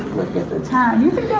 look at the time. you